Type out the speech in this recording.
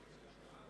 (הוראות שעה)